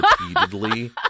repeatedly